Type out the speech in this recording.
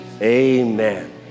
amen